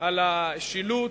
על השילוט,